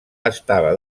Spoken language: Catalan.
estava